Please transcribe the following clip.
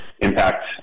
impact